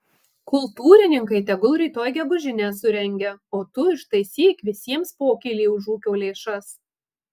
kultūrininkai tegul rytoj gegužinę surengia o tu ištaisyk visiems pokylį už ūkio lėšas